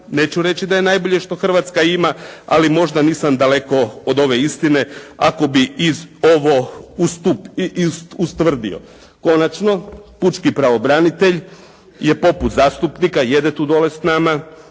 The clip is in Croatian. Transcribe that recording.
neću reći da je najbolje što Hrvatska ima, ali možda nisam daleko od ove istine, ako bi ovo ustvrdio. Konačno, pučki pravobranitelj je poput zastupnika, jede tu dole s nama.